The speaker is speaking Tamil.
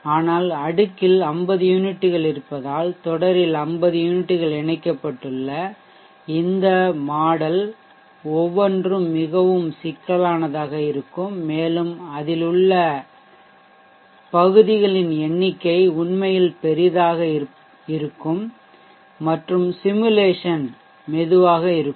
ஆனால் அடுக்கில் 50 யூனிட்கள் இருப்பதால் தொடரில் 50 யூனிட்கள் இணைக்கப்பட்டுள்ள இந்த மாதிரி மாடல் ஒவ்வொன்றும் மிகவும் சிக்கலானதாக இருக்கும் மேலும் அதில் உள்ள பகுதிகளின் எண்ணிக்கை உண்மையில் பெரியதாக இருக்கும் மற்றும் சிமுலேசன்உருவகப்படுத்துதல் மெதுவாக இருக்கும்